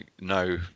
no